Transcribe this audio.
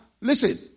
listen